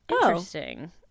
Interesting